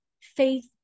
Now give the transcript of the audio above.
faith